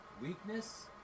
Weakness